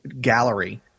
gallery